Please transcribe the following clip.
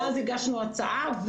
ואז הגשנו הצעה,